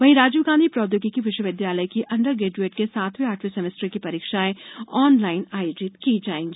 वहीं राजीव गांधी प्रौद्योगिकी विश्वविद्यालय की अंडर ग्रेजुएट के सातवें आठवें सेमेस्टर की परीक्षाएं ऑनलाइन आयोजित होंगी